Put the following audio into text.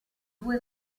due